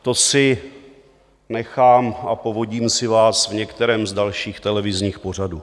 To si nechám a povodím si vás v některém z dalších televizních pořadů.